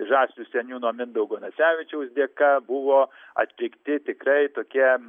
žaslių seniūno mindaugo nasevičiaus dėka buvo atlikti tikrai tokie